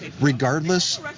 regardless